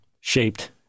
shaped